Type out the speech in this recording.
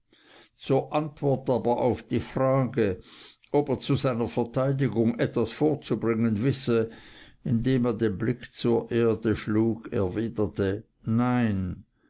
zur antwort aber auf die frage ob er zu seiner verteidigung etwas vorzubringen wisse indem er den blick zur erde schlug erwiderte nein